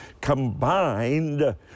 combined